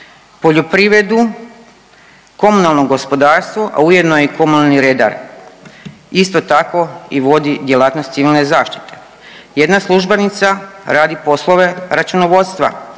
poljoprivredu, komunalno gospodarstvo, a ujedno je i komunalni redar. Isto tako i vodi djelatnost civilne zaštite. Jedna službenica radi poslove računovodstva,